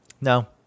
No